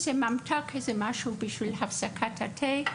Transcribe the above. איזה ממתק שיהיה להפסקת התה.